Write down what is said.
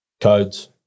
codes